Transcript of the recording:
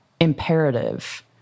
imperative